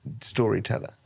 storyteller